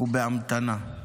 אנחנו בהמתנה -- שיירה.